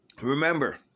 Remember